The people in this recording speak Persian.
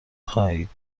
خواهید